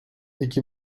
iki